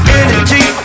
energy